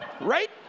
right